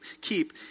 keep